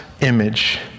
image